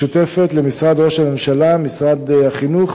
משותפת למשרד ראש הממשלה, משרד החינוך